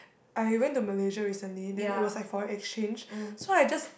I went to Malaysia recently then it was like for exchange so I just